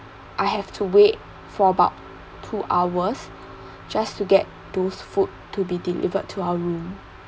I have to wait for about two hours just to get those food to be delivered to our room